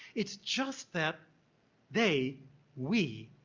it's just that they we,